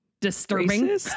Disturbing